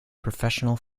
professional